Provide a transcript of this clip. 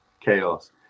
Chaos